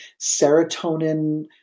serotonin